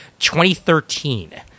2013